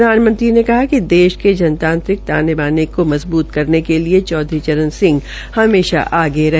प्रधानमंत्री ने कहा कि देश के प्रजातांत्रिक तान बाने को मजबूत करने के लिए चौधरी चरण सिंह हमेशा आगे रहे